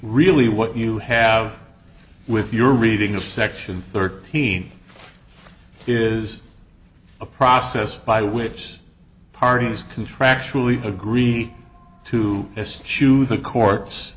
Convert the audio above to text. really what you have with your reading of section thirteen is a process by which parties contractually agree to this issue the courts